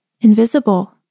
Invisible